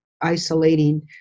isolating